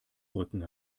rücken